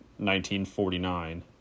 1949